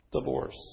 divorce